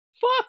fuck